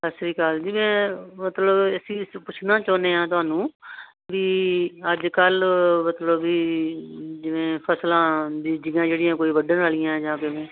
ਸਤਿ ਸ਼੍ਰੀ ਅਕਾਲ ਜੀ ਮੈਂ ਮਤਲਬ ਅਸੀਂ ਪੁੱਛਣਾ ਚਾਹੁੰਦੇ ਹਾਂ ਤੁਹਾਨੂੰ ਵੀ ਅੱਜ ਕੱਲ੍ਹ ਮਤਲਬ ਵੀ ਜਿਵੇਂ ਫਸਲਾਂ ਬੀਜੀਆਂ ਜਿਹੜੀਆਂ ਕੋਈ ਵੱਢਣ ਵਾਲੀਆਂ ਜਾਂ ਕਿਵੇਂ